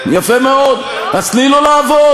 אז תני לו שימנה איזה דירקטורים שהוא רוצה.